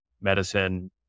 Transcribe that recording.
medicine